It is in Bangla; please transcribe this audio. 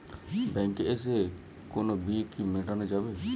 ব্যাংকে এসে কোনো বিল কি মেটানো যাবে?